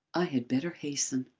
i had better hasten.